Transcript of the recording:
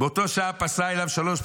אלוקיי ואלוקי אבותיי, אברהם יצחק וישראל"